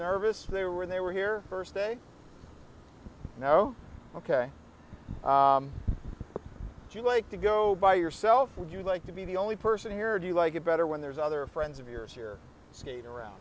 nervous they were they were here first day you know ok do you like to go by yourself would you like to be the only person here or do you like it better when there's other friends of yours here skate around